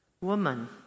woman